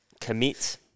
commit